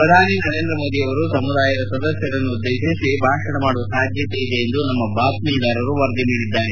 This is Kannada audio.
ಪ್ರಧಾನಿ ನರೇಂದ್ರ ಮೋದಿ ಅವರು ಸಮುದಾಯದ ಸದಸ್ಯರನ್ನು ಉದ್ದೇಶಿಸಿ ಭಾಷಣ ಮಾಡುವ ಸಾಧ್ಯತೆ ಇದೆ ಎಂದು ನಮ್ಮ ಬಾತ್ವೀದಾರರು ವರದಿ ಮಾಡಿದ್ದಾರೆ